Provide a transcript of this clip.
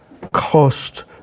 cost